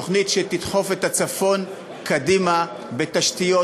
תוכנית שתדחוף את הצפון קדימה בתשתיות,